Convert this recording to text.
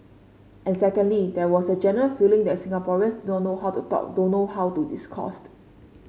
and secondly there was a general feeling that Singaporeans do not know how to talk don't know how to discoursed